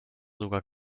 sogar